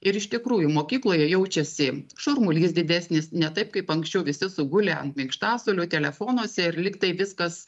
ir iš tikrųjų mokykloje jaučiasi šurmulys didesnis ne taip kaip anksčiau visi sugulę ant minkštasuolių telefonuose ir lygtai viskas